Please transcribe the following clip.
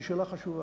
היא שאלה חשובה.